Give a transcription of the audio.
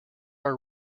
our